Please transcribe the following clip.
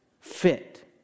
fit